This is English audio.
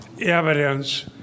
evidence